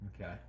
okay